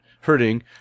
hurting